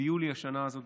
ביולי השנה הזאת,